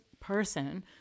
person